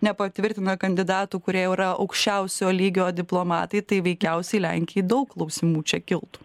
nepatvirtina kandidatų kurie yra aukščiausio lygio diplomatai tai veikiausiai lenkijai daug klausimų čia kiltų